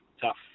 tough